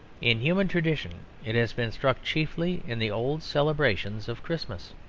in human tradition it has been struck chiefly in the old celebrations of christmas.